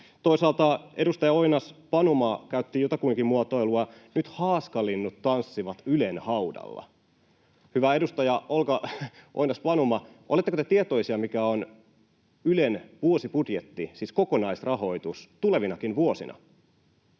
Toisaalta edustaja Oinas-Panuma käytti jotakuinkin muotoilua ”nyt haaskalinnut tanssivat Ylen haudalla”. Hyvä edustaja Olga Oinas-Panuma, oletteko te tietoisia, mikä on Ylen vuosibudjetti, siis kokonaisrahoitus, tulevinakin vuosina?